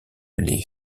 les